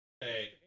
Hey